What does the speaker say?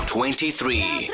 Twenty-three